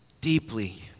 deeply